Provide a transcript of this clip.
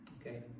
okay